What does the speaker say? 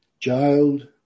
jailed